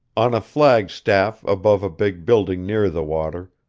on a flag staff above a big building near the water,